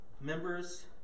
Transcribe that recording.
Members